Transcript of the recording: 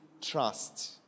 trust